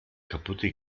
kaputte